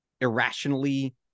irrationally